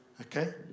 okay